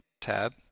tab